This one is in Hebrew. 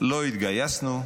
לא התגייסנו,